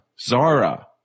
Zara